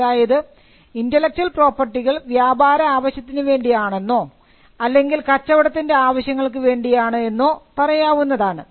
അതായത് ഇന്റെലക്ച്വൽ പ്രോപ്പർട്ടികൾ വ്യാപാര ആവശ്യത്തിനുവേണ്ടി ആണെന്നോ അല്ലെങ്കിൽ കച്ചവടത്തിൻറെ ആവശ്യങ്ങൾക്ക് വേണ്ടിയാണ് എന്നോ പറയാവുന്നതാണ്